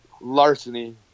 larceny